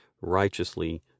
righteously